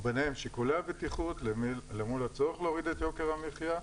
וביניהם שיקולי הבטיחות למול הצורך להוריד את יוקר המחיה,